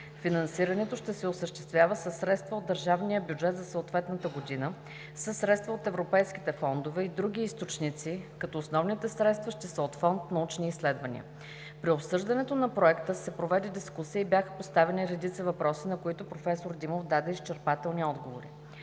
Финансирането ще се осъществява със средства от държавния бюджет за съответната година, със средства от европейските фондове и други източници, като основните средства ще са от Фонд „Научни изследвания”. При обсъждането на Проекта се проведе дискусия и бяха поставени редица въпроси, на които проф. Димов даде изчерпателни отговори.